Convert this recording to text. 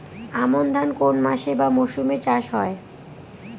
আমন ধান কোন মাসে বা মরশুমে চাষ হয়?